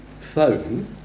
phone